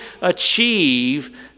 achieve